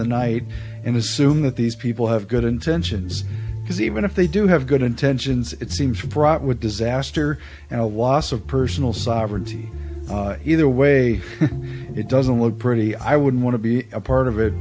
the night and assume that these people have good intentions because even if they do have good intentions it seems fraught with disaster of personal sovereignty either way ok it doesn't look pretty i wouldn't want to be a part of it